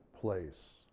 place